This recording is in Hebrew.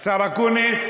השר אקוניס,